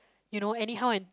you know anyhow and